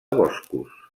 boscos